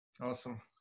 awesome